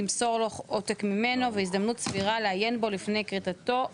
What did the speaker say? תמסור לו עותק ממנו והזדמנות סבירה לעיין בו לפני כריתתו,